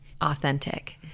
authentic